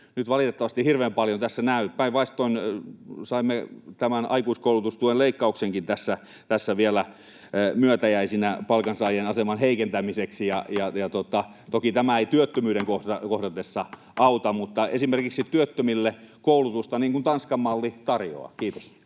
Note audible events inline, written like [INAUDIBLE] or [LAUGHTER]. nyt valitettavasti hirveän paljon tässä näy. Päinvastoin saimme tämän aikuiskoulutustuen leikkauksenkin tässä vielä myötäjäisinä palkansaajien aseman heikentämiseksi, [NOISE] mutta toki se ei työttömyyden kohdatessa auta. [NOISE] Mutta esimerkiksi työttömille koulutusta, niin kuin Tanskan-malli tarjoaa. — Kiitos.